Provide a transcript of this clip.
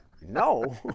no